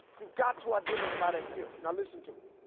you've got to identify that gift. now listen to me,